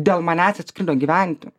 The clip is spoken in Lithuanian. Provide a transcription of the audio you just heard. dėl manęs atskrido gyventi